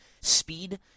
speed